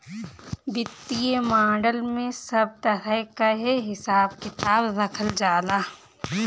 वित्तीय मॉडल में सब तरह कअ हिसाब किताब रखल जाला